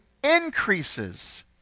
Increases